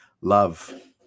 Love